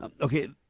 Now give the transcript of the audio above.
okay